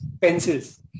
pencils